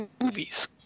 movies